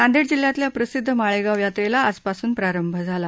नांदेड जिल्ह्यातल्या प्रसिद्ध माळेगाव यात्रेला आजपासून प्रारंभ झाला